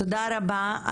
תודה רבה.